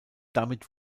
damit